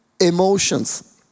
emotions